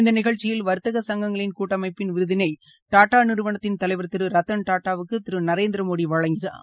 இந்த நிகழ்ச்சியில் வர்த்தக சங்கங்களின் கூட்டமைப்பின் விருதினை டாடா நிறுவனத்தின் தலைவா் திரு ரத்தன் டாடாவுக்கு திரு நரேந்திரமோடி வழங்கினார்